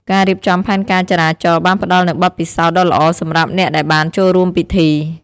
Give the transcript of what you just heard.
ការរៀបចំផែនការចរាចរណ៍បានផ្តល់នូវបទពិសោធន៍ដ៏ល្អសម្រាប់អ្នកដែលបានចូលរួមពិធី។